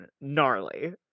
gnarly